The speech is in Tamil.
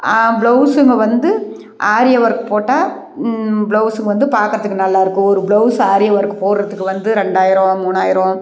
ப்ளவுஸுங்கள் வந்து ஆரி ஒர்க் போட்டால் ப்ளவுஸு வந்து பார்க்கறத்துக்கு நல்லா இருக்கும் ஒரு ப்ளவுஸ் ஆரி ஒர்க் போடுறத்துக்கு வந்து ரெண்டாயிரம் மூணாயிரம்